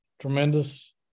tremendous